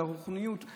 על הרוחניות,